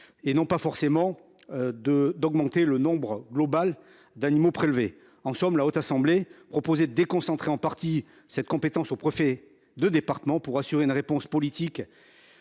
et non pas forcément d’augmenter le nombre global d’animaux prélevés. En somme, la Haute Assemblée proposait de déléguer en partie cette compétence au préfet de département pour assurer une réponse politique,